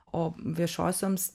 o viešosioms